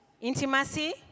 intimacy